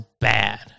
bad